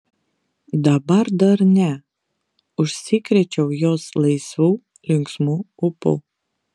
dabar dar ne užsikrėčiau jos laisvu linksmu ūpu